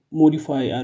modify